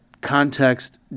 context